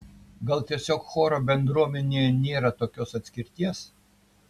gal tiesiog choro bendruomenėje nėra tokios atskirties